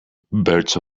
birds